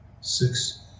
six